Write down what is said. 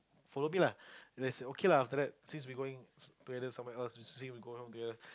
follow me lah then I say okay lah after that since we going together somewhere else we say we go home together